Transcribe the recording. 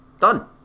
Done